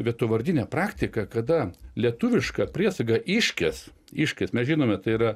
vietovardinę praktiką kada lietuvišką priesagą iškes iškes mes žinome tai yra